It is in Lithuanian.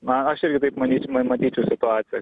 na aš irgi taip manyč matyčiau situaciją